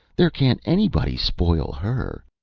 there can't anybody spoil her.